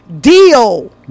deal